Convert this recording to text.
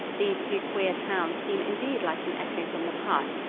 these two queer towns seem indeed like an echo from the past.